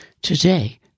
Today